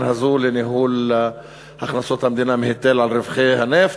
הזו לניהול הכנסות המדינה מהיטל על רווחי הנפט.